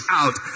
out